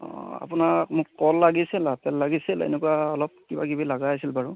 অঁ আপোনাৰ মোক কল লাগিছিল আপেল লাগিছিল এনেকুৱা অলপ কিবাকিবি লগা হৈছিল বাৰু